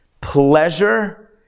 Pleasure